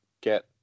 get